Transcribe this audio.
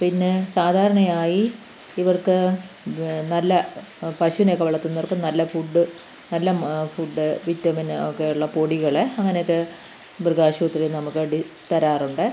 പിന്നെ സാധാരണയായി ഇവർക്ക് നല്ല പശുവിനെയൊക്കെ വളർത്തുന്നവർക്ക് നല്ല ഫുഡ് നല്ല ഫുഡ് വിറ്റമിന് ഒക്കെയുള്ള പൊടികൾ അങ്ങനെയൊക്കെ മൃഗാശുപത്രി നമുക്ക് വേണ്ടി തരാറുണ്ട്